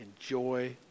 Enjoy